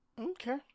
okay